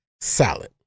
salad